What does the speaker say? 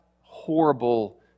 horrible